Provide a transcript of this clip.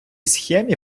схемі